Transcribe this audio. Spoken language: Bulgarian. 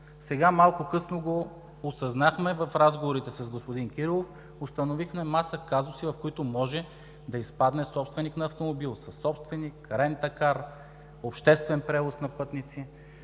Сега малко късно го осъзнахме. В разговорите с господин Кирилов установихме маса казуси, в които може да изпадне собственик на автомобил, съсобственик, рент а кар, обществен превоз на пътници.